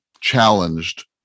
challenged